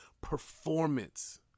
performance